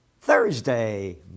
Thursday